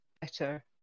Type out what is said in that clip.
better